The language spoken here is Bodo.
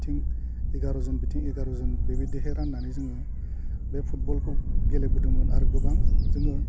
बिथिं एगार' जन बिथिं एगार' जन बेबादिहाय राननानै जोङो बे फुटबलखौ गेलेबोदोंमोन आरो गोबां जोङो